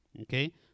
Okay